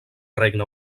regne